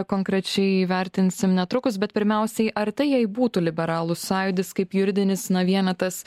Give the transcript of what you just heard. konkrečiai įvertinsim netrukus bet pirmiausiai ar tai jei būtų liberalų sąjūdis kaip juridinis na vienetas